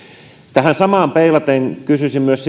tähän samaan peilaten kysyisin myös